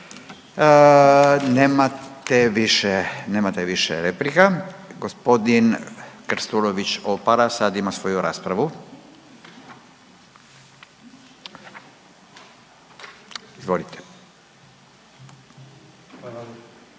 Nemate više replika. Gospodin Krstulović Opara sad ima svoju raspravu. Izvolite.